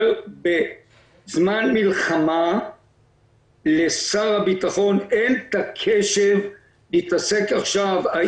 בזמן מלחמה לשר הביטחון אין את הקשב להתעסק בשאלות